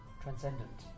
transcendent